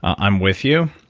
i'm with you.